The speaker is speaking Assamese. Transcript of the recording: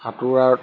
সাঁতোৰাত